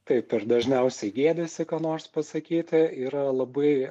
taip ir dažniausiai gėdijasi ką nors pasakyti yra labai